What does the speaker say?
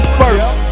first